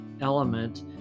element